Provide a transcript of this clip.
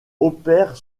opère